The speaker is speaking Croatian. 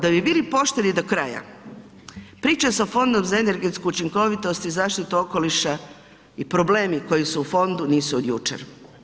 Da bi bili pošteni do kraja, priče sa Fondom za energetsku učinkovitost i zaštitu okoliša i problemi koji su u fondu nisu od jučer.